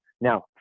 Now